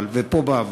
ופה בא אבל,